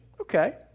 Okay